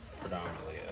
predominantly